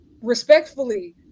respectfully